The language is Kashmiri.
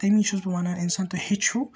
تٔمی چھُس بہٕ وَنان آسان تُہۍ ہیٚچھِو